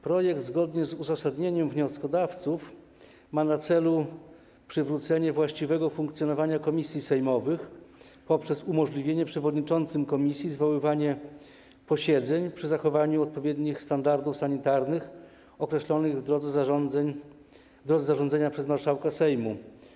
Projekt zgodnie z uzasadnieniem wnioskodawców ma na celu przywrócenie właściwego funkcjonowania komisji sejmowych poprzez umożliwienie przewodniczącym komisji zwoływania posiedzeń przy zachowaniu odpowiednich standardów sanitarnych, określonych w drodze zarządzenia przez marszałka Sejmu.